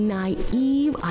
naive